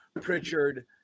Pritchard